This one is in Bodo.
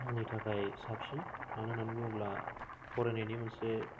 आंनि थाखाय साबसिन मानो होननानै बुङोब्ला फरायनायनि मोनसे